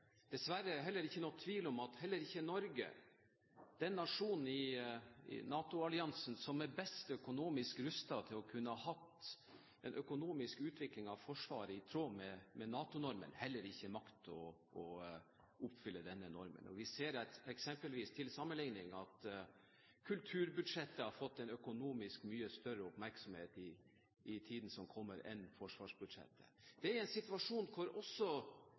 dessverre ikke noen tvil om at heller ikke Norge, den nasjonen i NATO-alliansen som er best rustet økonomisk til å kunne ha en økonomisk utvikling av Forsvaret i tråd med NATO-normen, makter å oppfylle denne normen. Vi ser eksempelvis – til sammenligning – at økonomisk har kulturbudsjettet fått en mye større oppmerksomhet med tanke på tiden som kommer, enn forsvarsbudsjettet. Det er en situasjon hvor også